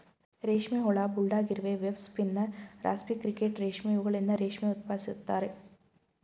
ರೇಷ್ಮೆ ಹುಳ, ಬುಲ್ಡಾಗ್ ಇರುವೆ, ವೆಬ್ ಸ್ಪಿನ್ನರ್, ರಾಸ್ಪಿ ಕ್ರಿಕೆಟ್ ರೇಷ್ಮೆ ಇವುಗಳಿಂದ ರೇಷ್ಮೆ ಉತ್ಪಾದಿಸುತ್ತಾರೆ